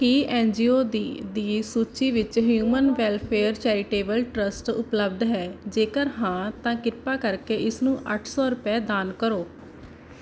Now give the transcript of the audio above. ਕੀ N G O ਦੀ ਦੀ ਸੂਚੀ ਵਿੱਚ ਹਿਊਮਨ ਵੈਲਫ਼ੇਅਰ ਚੈਰਿਟੇਬਲੀ ਟ੍ਰਸਟ ਉਪਲੱਬਧ ਹੈ ਜੇਕਰ ਹਾਂ ਤਾਂ ਕਿਰਪਾ ਕਰਕੇ ਇਸ ਨੂੰ ਅੱਠ ਸੌ ਰੁਪਏ ਦਾਨ ਕਰੋ